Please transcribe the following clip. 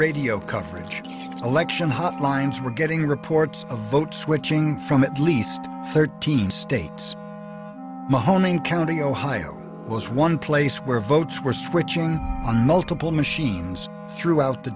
radio coverage election hotlines we're getting reports of vote switching from at least thirteen states mahoning county ohio was one place where votes were switching on multiple machines throughout the